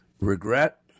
regret